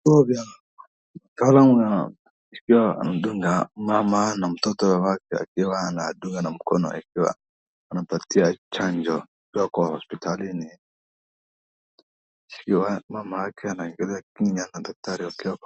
Mtalamu pia anadunga mama na mtoto wake akiwa anadunga na mkono ikiwa anampatia chanjo. pia ako hospitalini. pia mamake anaongea na daktari pia.